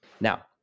now